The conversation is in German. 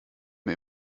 mir